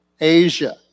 Asia